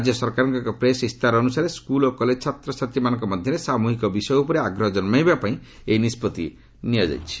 ରାଜ୍ୟ ସରକାରଙ୍କ ଏକ ପ୍ରେସ୍ ଇସ୍ତାହାର ଅନୁସାରେ ସ୍କୁଲ୍ ଓ କଲେଜ୍ ଛାତ୍ରଛାତ୍ରୀମାନଙ୍କ ମଧ୍ୟରେ ସାମ୍ରହିକ ବିଷୟ ଉପରେ ଆଗ୍ରହ ଜନ୍ମାଇବାପାଇଁ ଏହି ନିଷ୍ପତ୍ତି ନିଆଯାଇଛି